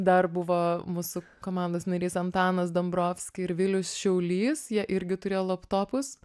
dar buvo mūsų komandos narys antanas dombrovski ir vilius šiaulys jie irgi turėjo laptopus